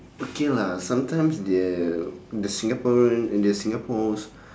okay lah sometimes the the singaporean and the singapores